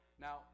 Now